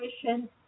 situation